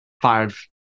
five